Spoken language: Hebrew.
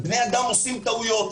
בני אדם עושים טעויות.